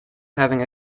having